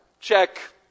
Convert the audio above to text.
Check